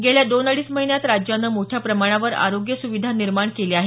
गेल्या दोन अडीच महिन्यात राज्यानं मोठ्या प्रमाणावर आरोग्य सुविधा निर्माण केल्या आहेत